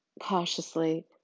Cautiously